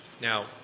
Now